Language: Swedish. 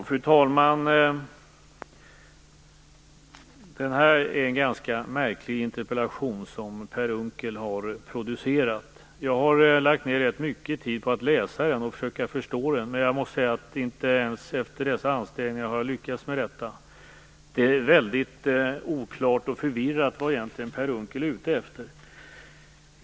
Fru talman! Det är en ganska märklig interpellation som Per Unckel har producerat. Jag har lagt ned rätt mycket tid på att läsa den och försöka förstå den. Men jag måste säga att jag inte ens efter dessa ansträngningar har lyckats med detta. Det är väldigt förvirrat och oklart vad Per Unckel egentligen är ute efter.